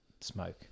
smoke